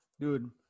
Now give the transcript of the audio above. Dude